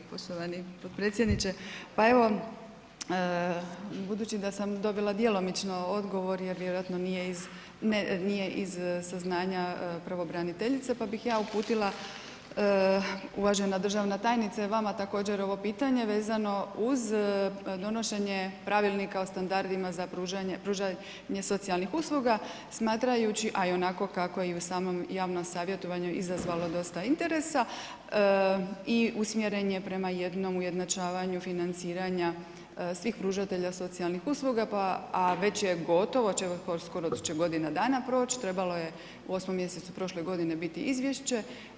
Poštovani potpredsjedniče, pa evo budući da sam dobila djelomično odgovor jer vjerojatno nije iz saznanja pravobraniteljice, pa ih ja uputila uvažena državna tajnice vama također ovo pitanje vezano uz donošenje Pravilnika o standardima za pružanje socijalnih usluga, smatrajući a i onako kako ju na samom javnom savjetovanju izazvalo dosta interesa i usmjeren je prema jednom ujednačavanju financiranja svih pružatelja socijalnih usluga, a već je gotov, skoro će godina dana proći, trebalo je u 8. mjesecu prošle godini biti izvješće.